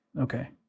Okay